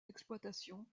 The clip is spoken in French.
d’exploitation